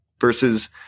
Versus